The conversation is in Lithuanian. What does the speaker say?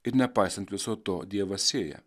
ir nepaisant viso to dievas sėja